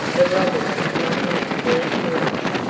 the robbers have not made their appearance,